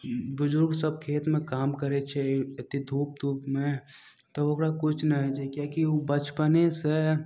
बुजुर्ग सब खेतमे काम करय छै एत्ते धूप तूपमे तऽ ओकरा किछु नहि होइ छै किएक कि उ बचपनेसँ